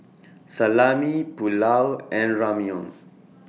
Salami Pulao and Ramyeon